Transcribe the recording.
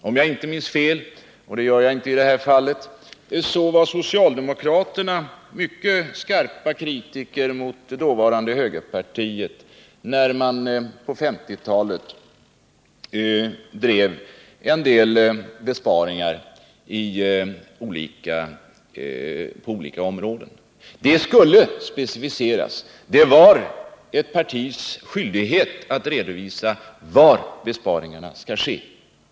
Om jag inte minns fel — och det gör jag inte i det här fallet — var socialdemokraterna mycket skarpa kritiker mot dåvarande högerpartiet när det på 1950-talet drev en del förslag till besparingar på olika områden. Besparingarna skulle specificeras! Det var ett partis skyldighet att redovisa var besparingarna skulle ske.